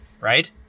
Right